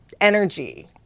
energy